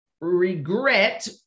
regret